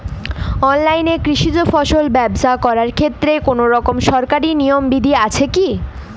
অনলাইনে কৃষিজ ফসল ব্যবসা করার ক্ষেত্রে কোনরকম সরকারি নিয়ম বিধি আছে কি?